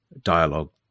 Dialogue